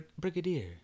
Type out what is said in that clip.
Brigadier